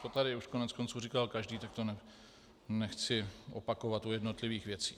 To tady už koneckonců říkal každý, tak to nechci opakovat u jednotlivých věcí.